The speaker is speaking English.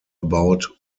about